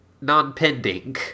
Non-pending